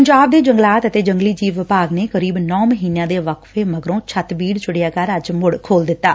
ਪੰਜਾਬ ਦੇ ਜੰਗਲਾਤ ਅਤੇ ਜੰਗਲੀ ਜੀਵ ਵਿਭਾਗ ਨੇ ਕਰੀਬ ਨੌ ਮਹੀਨਿਆਂ ਦੇ ਵਕਫ਼ੇ ਮਗਰੋ ਛੱਤਬੀੜ ਚਿਡੀਆਘਰ ਅੱਜ ਮੁੜ ਖੋਲ੍ ਦਿੱਤੈ